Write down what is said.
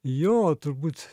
jo turbūt